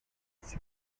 sie